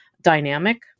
dynamic